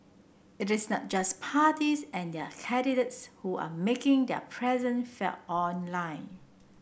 it is not just parties and their candidates who are making their felt online